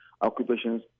occupations